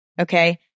okay